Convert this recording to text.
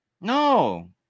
No